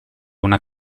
una